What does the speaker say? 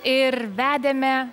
ir vedėme